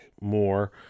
more